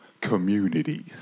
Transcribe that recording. communities